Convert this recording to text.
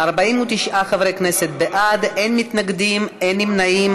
49 חברי כנסת בעד, אין מתנגדים, אין נמנעים.